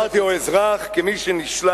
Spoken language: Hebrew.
אזרח, לא חבר כנסת.